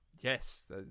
Yes